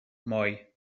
moi